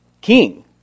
King